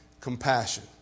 compassion